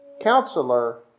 Counselor